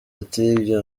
ati